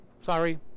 sorry